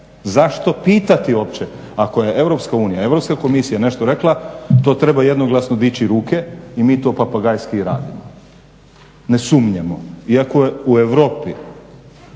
Zašto pitati uopće ako je EU, Europska komisija nešto rekla, to treba jednoglasno diči ruke i mi to papagajski radimo. Ne sumnjamo iako je u Europi